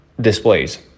displays